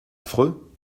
affreux